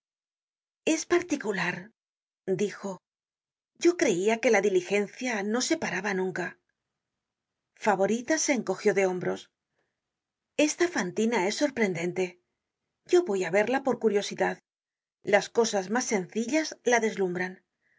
es particular dijo yo creia que la diligencia no se paraba nunca favorita se encogió de hombros esta fantina es sorprendente yo voy á verla por curiosidad las cosas mas sencillas la deslumbran una